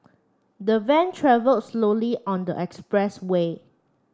the van travelled slowly on the expressway